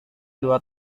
dua